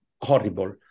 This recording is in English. horrible